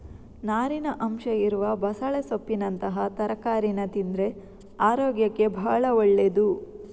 ನಾರಿನ ಅಂಶ ಇರುವ ಬಸಳೆ ಸೊಪ್ಪಿನಂತಹ ತರಕಾರೀನ ತಿಂದ್ರೆ ಅರೋಗ್ಯಕ್ಕೆ ಭಾಳ ಒಳ್ಳೇದು